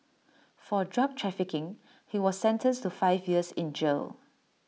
for drug trafficking he was sentenced to five years in jail